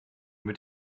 mit